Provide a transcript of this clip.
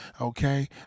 Okay